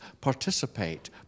participate